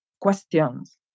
questions